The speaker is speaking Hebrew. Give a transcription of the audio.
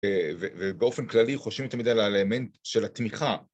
ובאופן כללי חושבים תמיד על האלמנט של התמיכה